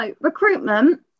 recruitment